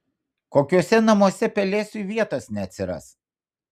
kokiuose namuose pelėsiui vietos neatsiras